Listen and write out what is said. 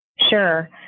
Sure